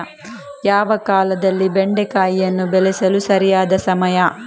ಯಾವ ಕಾಲದಲ್ಲಿ ಬೆಂಡೆಕಾಯಿಯನ್ನು ಬೆಳೆಸಲು ಸರಿಯಾದ ಸಮಯ?